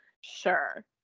sure